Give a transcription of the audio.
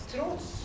Trots